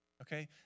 okay